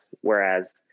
Whereas